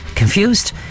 confused